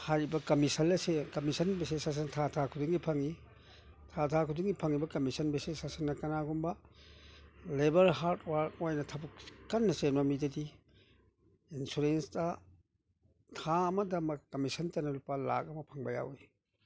ꯍꯥꯏꯔꯤꯕ ꯀꯝꯃꯤꯁꯟ ꯑꯁꯦ commission basis ꯑꯁꯦ ꯊꯥ ꯊꯥ ꯈꯨꯗꯤꯡ ꯐꯪꯏ ꯊꯥ ꯊꯥ ꯈꯨꯗꯤꯡꯒꯤ ꯐꯪꯏꯕ ꯀꯝꯃꯤꯁꯟ ꯕꯦꯁꯤꯁ ꯑꯁꯤꯅ ꯀꯅꯥꯒꯨꯝꯕ ꯂꯦꯕꯔ ꯍꯥꯔꯗ ꯋꯥꯔꯛ ꯑꯣꯏꯅ ꯊꯕꯛ ꯀꯟꯅ ꯆꯦꯟꯕ ꯃꯤꯗꯗꯤ ꯏꯟꯁꯨꯔꯦꯟꯁꯇ ꯊꯥ ꯑꯃꯗ ꯀꯝꯃꯤꯁꯟꯇꯅ ꯂꯨꯄꯥ ꯂꯥꯛ ꯑꯃ ꯐꯪꯕ ꯌꯥꯎꯏ